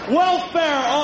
welfare